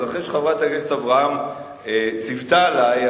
אז אחרי שחברת הכנסת אברהם ציוותה עלי,